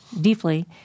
deeply